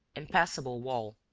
impassable wall